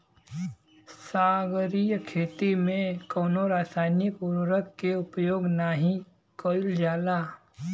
सागरीय खेती में कवनो रासायनिक उर्वरक के उपयोग नाही कईल जाला